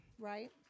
right